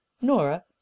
nora